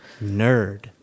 nerd